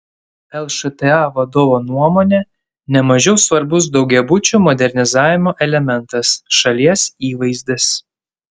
lšta vadovo nuomone ne mažiau svarbus daugiabučių modernizavimo elementas šalies įvaizdis